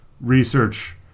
research